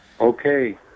okay